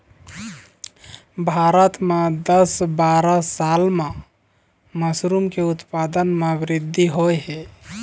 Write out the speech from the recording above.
भारत म दस बारा साल म मसरूम के उत्पादन म बृद्धि होय हे